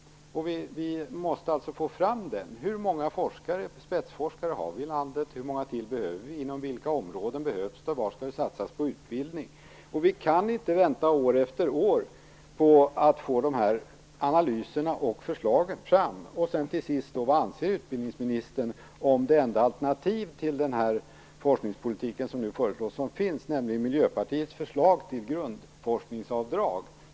Vi måste alltså få fram det. Hur många spetsforskare har vi i landet? Hur många till behöver vi? Inom vilka områden behövs de? Var skall det satsas på utbildning? Vi kan inte vänta år efter år på att få fram de här analyserna och förslagen. Till sist: Vad anser utbildningsministern om det enda alternativ till den forskningspolitik som nu föreslås som finns, nämligen Miljöpartiets förslag till grundforskningsavdrag?